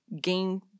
game